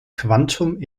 quantum